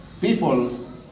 People